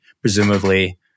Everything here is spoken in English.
Presumably